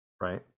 Right